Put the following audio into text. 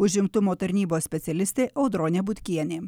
užimtumo tarnybos specialistė audronė butkienė